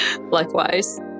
Likewise